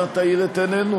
אנא תאיר את עינינו,